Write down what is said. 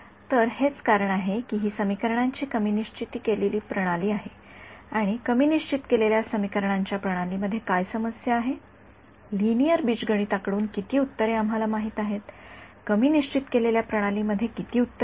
तर हेच कारण आहे की ही समीकरणांची कमी निश्चित केलेली प्रणाली आहे आणि कमी निश्चित केलेल्या समीकरणांच्या प्रणाली मध्ये काय समस्या आहे लिनिअर बीजगणिता कडून किती उत्तरे आम्हाला माहित आहेत कमी निश्चित केलेल्या प्रणाली मध्ये किती उत्तरे आहेत